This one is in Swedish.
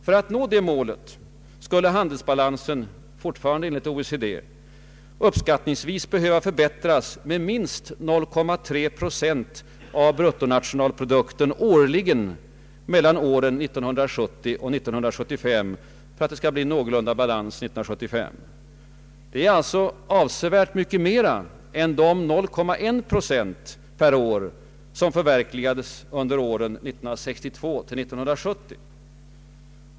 För att nå detta mål skulle handelsbalansen, fortfarande enligt OECD, uppskattningsvis behöva förbättras med minst 0,3 pro cent av bruttonationalprodukten årligen mellan åren 1970 och 1975 för att uppnå någorlunda balans år 1975. Det är alltså avsevärt mycket mera än de 0,1 procent per år som förverkligades under åren 1962—1970.